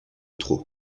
trop